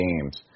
games